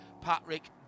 Patrick